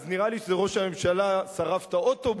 אז נראה לי שזה ראש הממשלה שרף את האוטובוס